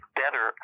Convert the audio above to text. better